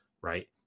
right